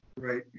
Right